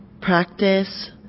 practice